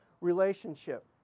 relationship